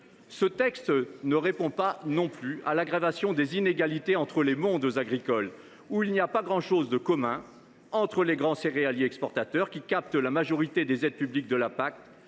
lois. Il ne répond pas non plus à l’aggravation des inégalités entre les mondes agricoles, où il n’y a pas grand chose de commun entre les grands céréaliers exportateurs, qui captent la majorité des aides publiques de la PAC,